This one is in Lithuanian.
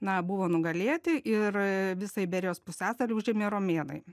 na buvo nugalėti ir visą iberijos pusiasalį užėmė romėnai